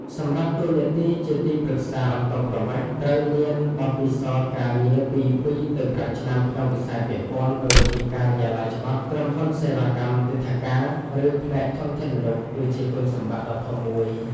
សម្រាប់តួនាទីជាទីប្រឹក្សាអន្តោប្រវេសន៍ ត្រូវមានបទពិសោធន៍ការងារពី ២ទៅ៥ ឆ្នាំក្នុងវិស័យពាក់ព័ន្ធ ដូចជាការិយាល័យច្បាប់ ក្រុមហ៊ុនសេវាកម្មទិដ្ឋាការ ឬផ្នែកធនធានមនុស្ស គឺជាគុណសម្បត្តិដ៏ធំមួយ។